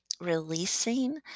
releasing